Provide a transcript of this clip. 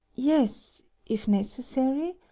yes, if necessary.